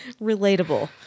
Relatable